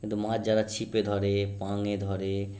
কিন্তু মাছ যারা ছিপে ধরে পাঙে ধরে